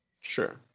Sure